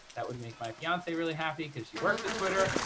that would make my fiancee really happy because she works at twitter.